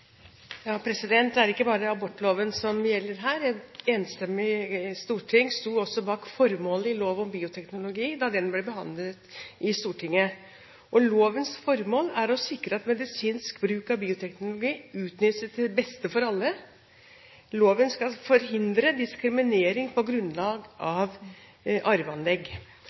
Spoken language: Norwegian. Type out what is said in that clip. Det er ikke bare abortloven som gjelder her. Et enstemmig storting sto også bak formålet i lov om bioteknologi da den ble behandlet i Stortinget. Lovens formål er å sikre at medisinsk bruk av bioteknologi utnyttes til beste for alle. Loven skal forhindre diskriminering på grunnlag av arveanlegg.